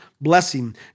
blessing